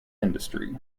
industry